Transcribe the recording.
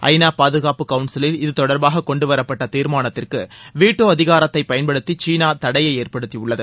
ஐநா பாதுகாப்பு கவுன்சிலில் இது தொடர்பாக கொன்டுவரப்பட்ட தீர்மானத்திற்கு வீட்டோ அதிகாரத்தை பயன்படுத்தி சீனா தடையை ஏற்படுத்தியுள்ளது